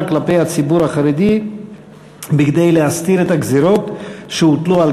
כלפי הציבור החרדי כדי להסתיר את הגזירות שהוטלו על